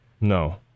No